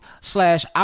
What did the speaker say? slash